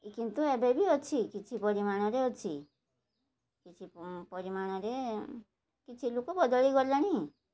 କିନ୍ତୁ ଏବେ ବି ଅଛି କିଛି ପରିମାଣରେ ଅଛି କିଛି ପରିମାଣରେ କିଛି ଲୋକ ବଦଳି ଗଲେଣି